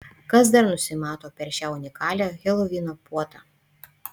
kas dar nusimato per šią unikalią helovino puotą